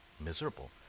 Miserable